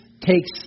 takes